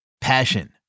Passion